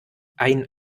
ein